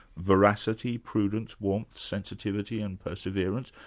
veracity, prudence, warmth, sensitivity and perseverance.